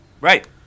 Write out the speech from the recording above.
Right